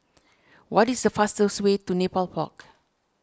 what is the fastest way to Nepal Park